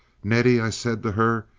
nettie, i said to her,